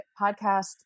podcast